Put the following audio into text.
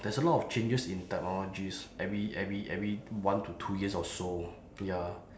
there's a lot of changes in technologies every every every one to two years or so ya